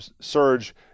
surge